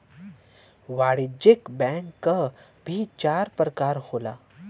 वाणिज्यिक बैंक क भी चार परकार होला